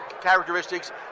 characteristics